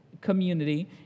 community